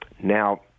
Now